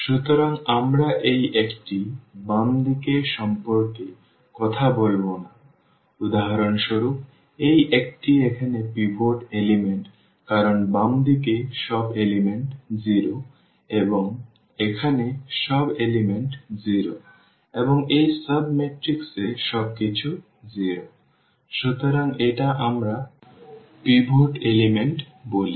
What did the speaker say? সুতরাং আমরা এই একটি বাম দিক সম্পর্কে কথা বলব না উদাহরণস্বরূপ এই একটি এখানে পিভট উপাদান কারণ বাম দিকে সব উপাদান 0 এবং এখানে সব উপাদান 0 এবং এই সাব ম্যাট্রিক্স এ সবকিছু 0 সুতরাং এটা আমরা পিভট উপাদান বলি